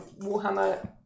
Warhammer